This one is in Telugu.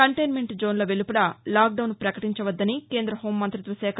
కంటైన్మెంట్ జోన్ష వెలుపల లాక్డౌన్ ప్రకటించ వద్దని కేంద్ర హోంమంతిత్వ శాఖ